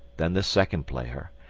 then the second player,